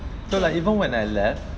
okay